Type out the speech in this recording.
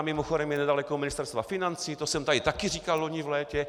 Mimochodem jedna je nedaleko Ministerstva financí, to jsem tady taky říkal loni v létě.